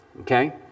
Okay